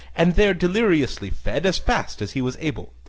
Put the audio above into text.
and there deliriously fed as fast as he was able.